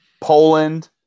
Poland